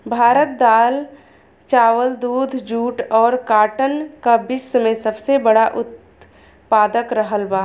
भारत दाल चावल दूध जूट और काटन का विश्व में सबसे बड़ा उतपादक रहल बा